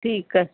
ਠੀਕ ਹੈ